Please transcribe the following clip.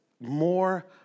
more